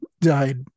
died